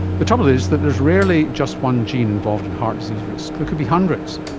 the trouble is that there is rarely just one gene involved in heart disease risk, there could be hundreds.